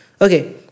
Okay